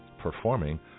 performing